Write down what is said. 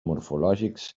morfològics